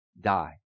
die